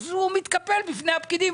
והוא מתקפל בפני הפקידים.